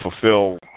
fulfill